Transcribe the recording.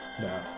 No